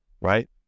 right